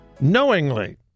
knowingly